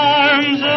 arms